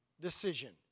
decision